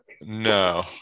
No